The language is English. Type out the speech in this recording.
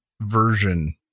version